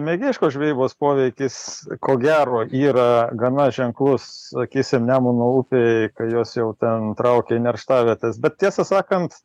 mėgėjiškos žvejybos poveikis ko gero yra gana ženklus sakysim nemuno upėj kai jos jau ten traukia į nerštavietes bet tiesą sakant